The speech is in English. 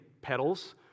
petals